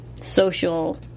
social